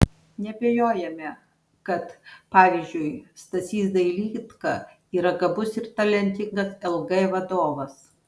neabejojame kad pavyzdžiui stasys dailydka yra gabus ir talentingas lg vadovas